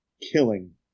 killing